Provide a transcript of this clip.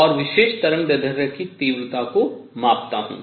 और विशेष तरंगदैर्ध्य की तीव्रता को मापता हूँ